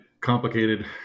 Complicated